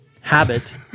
habit